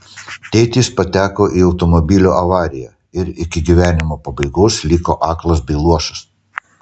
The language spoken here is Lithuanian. tėtis pateko į automobilio avariją ir iki gyvenimo pabaigos liko aklas bei luošas